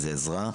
זה הקלה.